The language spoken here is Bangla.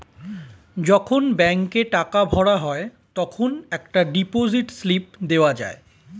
যখন ব্যাংকে টাকা ভরা হয় তখন একটা ডিপোজিট স্লিপ দেওয়া যায়